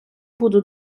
буду